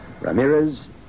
Ramirez